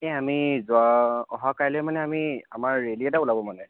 এই আমি যোৱা অহা কাইলৈ মানে আমি আমাৰ ৰেলী এটা ওলাব মানে